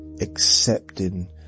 Accepting